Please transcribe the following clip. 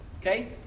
Okay